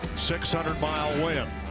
six hundred mile win